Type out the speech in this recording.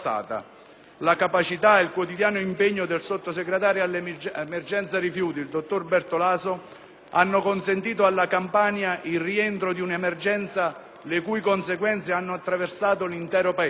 La capacità e il quotidiano impegno del sottosegretario all'emergenza rifiuti, dottor Bertolaso, hanno consentito alla Campania il rientro di un'emergenza le cui conseguenze hanno attraversato l'intero Paese.